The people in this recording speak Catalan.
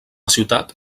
ciutat